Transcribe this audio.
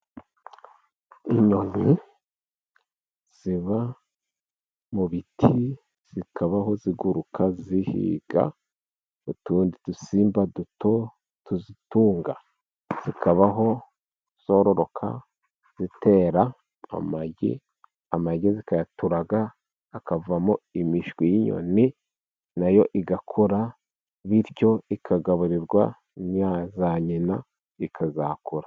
Inyoni ziba mu biti, zikabaho ziguruka zihiga utundi dusimba duto tuzitunga. Zikabaho zororoka zitera amagi, amagi zikayaturaga akavamo imishwi y'inyoni, nayo igakura bityo ikagaburirwa na za nyina ikazakura.